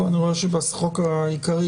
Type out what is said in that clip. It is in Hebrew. נצברים סכומים מאוד מאוד קטנים בקופת הנשייה,